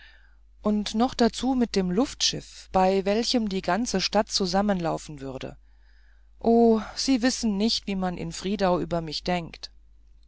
und noch dazu mit dem luftschiff bei welchem die ganze stadt zusammenlaufen würde oh sie wissen nicht wie man in friedau über mich denkt